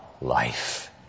life